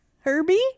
herbie